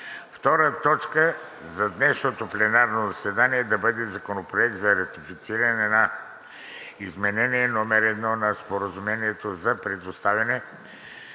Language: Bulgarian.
втора точка за днешното пленарно заседание да бъде Законопроект за ратифициране на изменение № 1 на Споразумението за предоставяне